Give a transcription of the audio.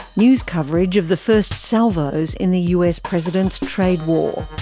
news coverage of the first salvos in the us president's trade war.